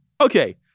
Okay